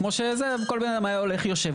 כמו שכל בן אדם היה הולך ויושב.